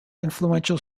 influential